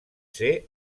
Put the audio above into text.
ser